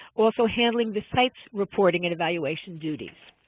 also handling the site's reporting and evaluation duties.